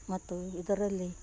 ಮತ್ತು ಇದರಲ್ಲಿ